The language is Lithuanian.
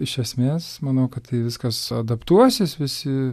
iš esmės manau kad tai viskas adaptuosis visi